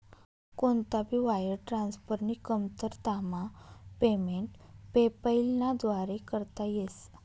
कोणता भी वायर ट्रान्सफरनी कमतरतामा पेमेंट पेपैलना व्दारे करता येस